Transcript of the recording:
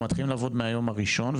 הם מתחילים לעבוד מהיום הראשון,